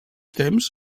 temps